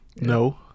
no